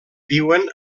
viuen